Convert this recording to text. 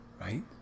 Right